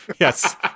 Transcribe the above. yes